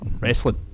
wrestling